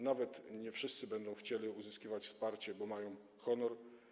Nawet nie wszyscy będą chcieli uzyskiwać wsparcie, bo mają honor.